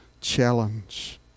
challenge